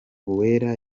uwera